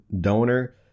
donor